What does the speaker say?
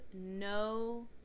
no